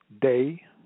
Day